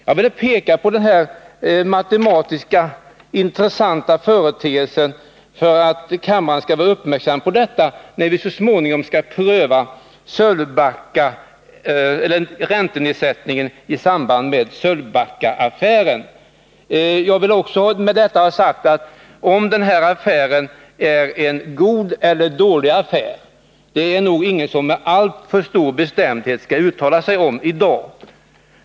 Jag vill peka på den här intressanta matematiska företeelsen för att kammaren skall vara uppmärksam på detta, när vi så småningom skall pröva räntenedsättningen i samband med Sölvbackaaffären. Jag vill också med detta ha sagt att om den här affären är god eller dålig bör nog ingen med alltför stor bestämdhet uttala sig om i dag.